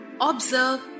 Observe